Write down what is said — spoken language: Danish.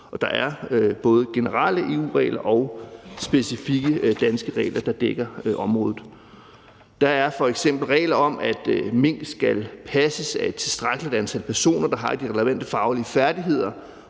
der er både generelle EU-regler og specifikke danske regler, der dækker området. Der er f.eks. regler om, at mink skal passes af et tilstrækkeligt antal personer, der har de relevante faglige færdigheder